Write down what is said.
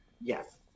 Yes